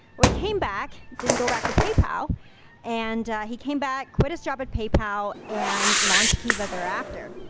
well, he came back, didnit go back to paypal and he came back, quit his job at paypal and launched kiva thereafter.